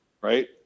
right